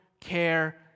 care